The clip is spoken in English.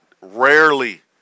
rarely